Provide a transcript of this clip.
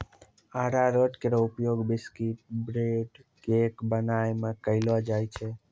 अरारोट केरो उपयोग biscuit, bread, cake बनाय म कयलो जाय छै